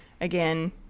again